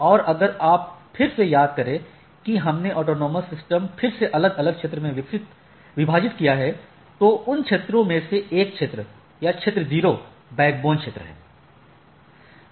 और अगर आप फिर से याद करें कि हमने ऑटॉनमस सिस्टम फिर से अलग अलग क्षेत्र में विभाजित है तो उन क्षेत्रों में से एक क्षेत्र या क्षेत्र 0 बैकबोन क्षेत्र है